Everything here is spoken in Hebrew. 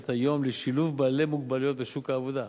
היום לשילוב בעלי מוגבלויות בשוק העבודה.